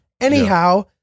Anyhow